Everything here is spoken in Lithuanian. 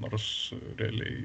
nors realiai